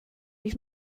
ich